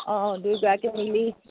অঁ দুয়োগৰাকী মিলি